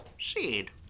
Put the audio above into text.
Seed